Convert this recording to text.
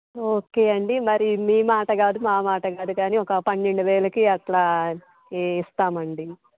okay అండి మరి మీ మాట కాదు మా మాట కాదు కానీ ఒక పన్నెండు వేలకి అట్లా ఇస్తామండి